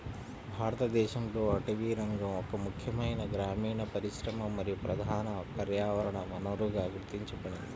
భారతదేశంలో అటవీరంగం ఒక ముఖ్యమైన గ్రామీణ పరిశ్రమ మరియు ప్రధాన పర్యావరణ వనరుగా గుర్తించబడింది